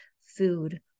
food